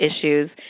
issues